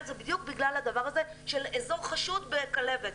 זה בדיוק בכלל הדבר הזה של אזור חשוד בכלבת.